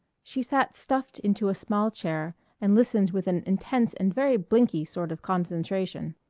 she sat stuffed into a small chair and listened with an intense and very blinky sort of concentration.